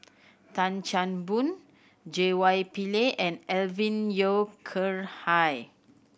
Tan Chan Boon J Y Pillay and Alvin Yeo Khirn Hai